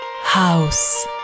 House